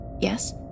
Yes